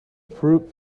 fruit